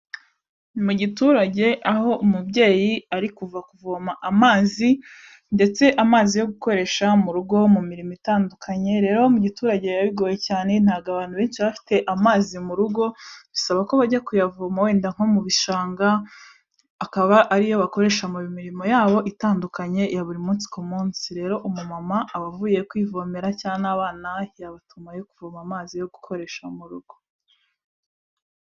Ni mu giturage aho umubyeyi ari kuva kuvoma amazi, ndetse amazi yo gukoresha mu rugo mu mirimo itandukanye, rero mu giturage bira bigoye cyane ntago abantu benshi bafite amazi mu rugo, bisaba ko bajya kuyavoma wenda nko mu bishanga, akaba ariyo bakoresha mu mirimo yabo itandukanye ya buri munsi ku munsi. Rero umumama aba avuye kwivomera cyangwa n'abana yabatumayo kuvoma amazi yo gukoresha mu rugo.